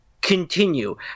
Continue